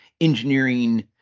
engineering